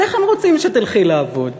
אז איך הם רוצים שתלכי לעבוד